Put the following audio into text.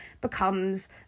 becomes